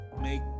make